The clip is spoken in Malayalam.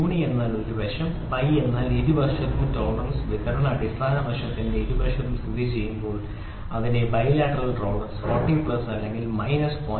യൂണി എന്നാൽ ഒരു വശം ബൈ എന്നാൽ ഇരുവശത്തും ടോളറൻസ് വിതരണം അടിസ്ഥാന വശത്തിന്റെ ഇരുവശത്തും സ്ഥിതിചെയ്യുമ്പോൾ അതിനെ ബൈലാറ്ററൽ ടോളറൻസ് 40 പ്ലസ് അല്ലെങ്കിൽ മൈനസ് 0